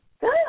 good